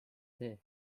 tee